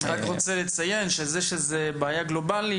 אני רק רוצה לציין שזה שזו בעיה גלובלית,